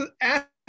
Ask